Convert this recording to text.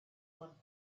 one